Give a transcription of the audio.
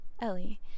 Ellie